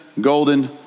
golden